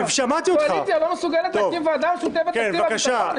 הקואליציה לא מסוגלת להקים ועדה משותפת לתקציב הביטחון?